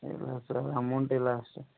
ಇಲ್ಲ sir amount ಇಲ್ಲ sir